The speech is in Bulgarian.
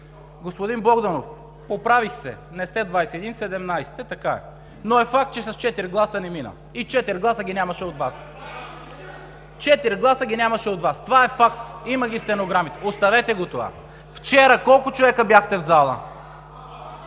Господин Богданов, поправих се – не сте 21, 17 сте, така е, но е факт, че с четири гласа не мина, и четири гласа ги нямаше от Вас. Четири гласа ги нямаше от Вас! Това е факт! Има ги стенограмите. Оставете го това. Вчера колко човека бяхте в залата?